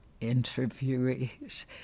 interviewees